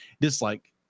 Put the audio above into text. dislike